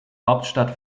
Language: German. hauptstadt